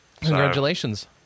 Congratulations